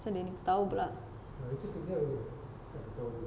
asal dia ni ketawa pula